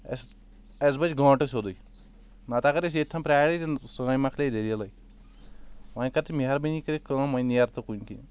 أسۍ اسہِ بچہِ گنٛٹہٕ سیوٚدے نتہٕ اگر أسۍ ییٚتٮ۪ن پرارے سٲنۍ مۄکلے دٔلیٖلٕے وۄنۍ کر تہٕ مہربٲنی کٔرتھ کٲم وۄنۍ نیر تہٕ کُنہِ کِن